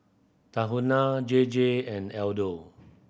Tahuna J J and Aldo